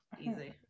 easy